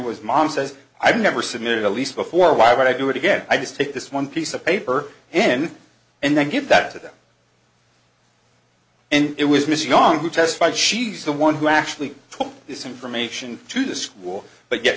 was mom says i've never submitted a lease before why would i do it again i just take this one piece of paper and and then give that to them and it was missing on who testified she's the one who actually took this information to the school but yet